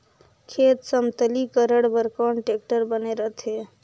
खेत समतलीकरण बर कौन टेक्टर बने रथे?